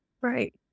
Right